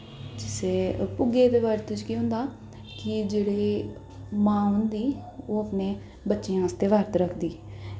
ते पुग्गे दे बरत च केह् होंदा कि जेह्ड़ी मां होंदी ओह् अपने बच्चें आस्तै बरत रखदी